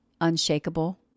unshakable